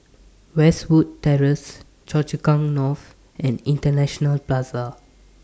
Westwood Terrace Choa Chu Kang North and International Plaza